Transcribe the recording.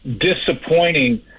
disappointing